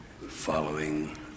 following